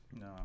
No